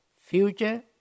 future